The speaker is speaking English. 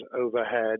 overhead